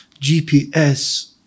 GPS